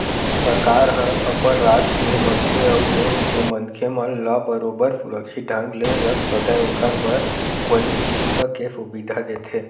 सरकार ह अपन राज के मनखे अउ देस के मनखे मन ला बरोबर सुरक्छित ढंग ले रख सकय ओखर बर बने चिकित्सा के सुबिधा देथे